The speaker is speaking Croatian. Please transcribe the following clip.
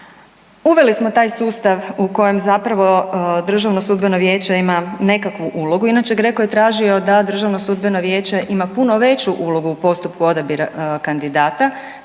uveli smo taj sustav u kojem zapravo Državno sudbeno vijeće imam nekakvu ulogu. Inače GRECO je tražio da Držano sudbeno vijeće ima puno veću ulogu u postupku odabira kandidata